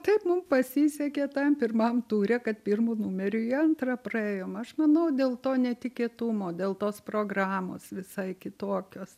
taip mum pasisekė tam pirmam ture kad pirmu numeriu į antrą praėjom aš manau dėl to netikėtumo dėl tos programos visai kitokios